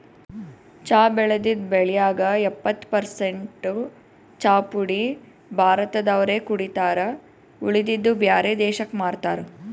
ಚಾ ಬೆಳದಿದ್ದ್ ಬೆಳ್ಯಾಗ್ ಎಪ್ಪತ್ತ್ ಪರಸೆಂಟ್ ಚಾಪುಡಿ ಭಾರತ್ ದವ್ರೆ ಕುಡಿತಾರ್ ಉಳದಿದ್ದ್ ಬ್ಯಾರೆ ದೇಶಕ್ಕ್ ಮಾರ್ತಾರ್